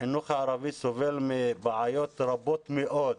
החינוך הערבי סובל מבעיות רבות מאוד,